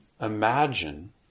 imagine